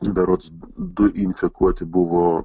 berods du infekuoti buvo